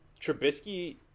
Trubisky